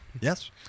Yes